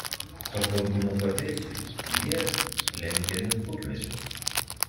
pakantumu pavėsiui jie lenkia net kukmedžius